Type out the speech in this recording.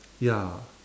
ya